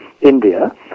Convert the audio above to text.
India